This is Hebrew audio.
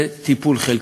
זה טיפול חלקי,